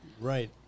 Right